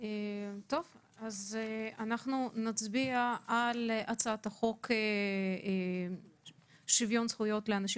אז אנחנו נצביע על הצעת החוק שוויון זכויות לאנשים